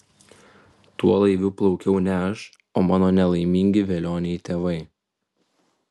tuo laivu plaukiau ne aš o mano nelaimingi velioniai tėvai